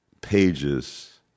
pages